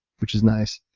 which is nice.